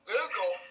Google